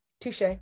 Touche